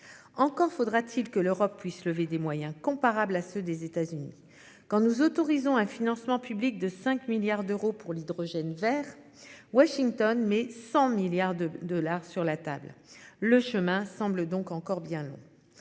Encore faudra-t-il que l'Europe puisse lever des moyens comparables à ceux des États-Unis, quand nous autorisons un financement public de 5 milliards d'euros pour l'hydrogène Vert, Washington met 100 milliards de dollars sur la table, le chemin semble donc encore bien long.